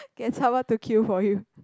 get someone to queue for you